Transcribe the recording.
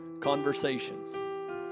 Conversations